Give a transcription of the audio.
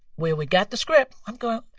well, we got the script. i'm going,